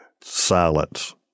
Silence